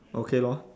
okay lor